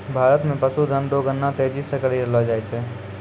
भारत मे पशुधन रो गणना तेजी से करी रहलो जाय छै